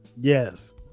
yes